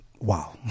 wow